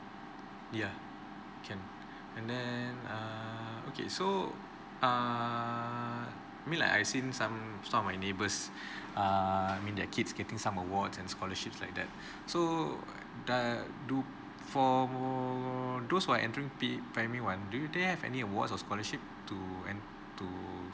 ya can and then err okay so err mean like I seen some some of my neighbours err mean their kids getting some awards and scholarships like that so doe~ do for those who are entering P primary one do they have any awards or scholarship to en~ to